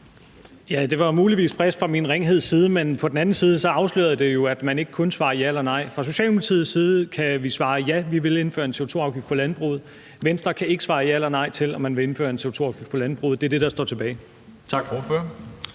Ja, det var muligvis friskt fra min ringheds side, men på den anden side afslørede det jo, at man ikke kunne svare ja eller nej. Fra Socialdemokratiets side kan vi svare: Ja, vi vil indføre en CO2-afgift på landbruget. Venstre kan ikke svare ja eller nej på, om man vil indføre en CO2-afgift på landbruget. Det er det, der står tilbage. Kl.